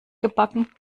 gebacken